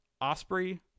Osprey